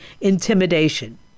intimidation